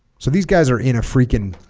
so these guys are in a freaking